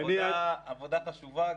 זו עבודה חשובה,